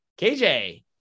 kj